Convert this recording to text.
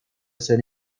ser